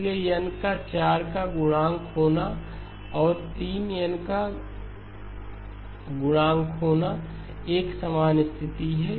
इसलिए n का 4 का गुणांक होना और 3n का 4 का गुणांक होना एक समान स्थिति है